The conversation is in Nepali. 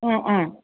अँ अँ